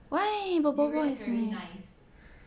why the ball ball is nice